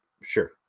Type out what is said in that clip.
sure